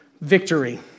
Victory